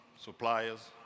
suppliers